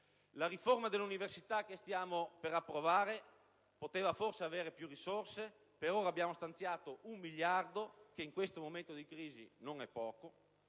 La riforma dell'università che stiamo per approvare poteva forse avere più risorse: per ora abbiamo stanziato 1 miliardo di euro, che in questo momento di crisi non è poco.